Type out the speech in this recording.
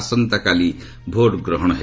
ଆସନ୍ତାକାଲି ଭୋଟ୍ଗ୍ରହଣ ହେବ